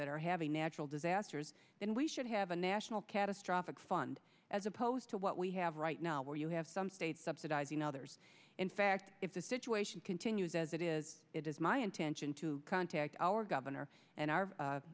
that are having natural disasters then we should have a national catastrophic fund as opposed to what we have right now where you have some states subsidizing others in fact if the situation continues as it is it is my intention to contact our governor and our